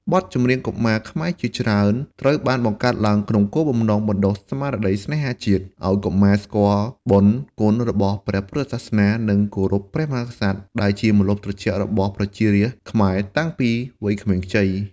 បទចម្រៀងកុមារខ្មែរជាច្រើនត្រូវបានបង្កើតឡើងក្នុងគោលបំណងបណ្ដុះស្មារតីស្នេហាជាតិ ឲ្យកុមារស្គាល់បុណ្យគុណរបស់ព្រះពុទ្ធសាសនា និងគោរពព្រះមហាក្សត្រដែលជាម្លប់ត្រជាក់របស់ប្រជារាស្ត្រខ្មែរតាំងពីវ័យក្មេងខ្ចី។